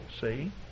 see